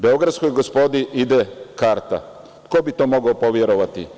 Begoradskoj gospodi ide karta, tko bi to mogao poverovati?